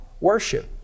worship